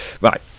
Right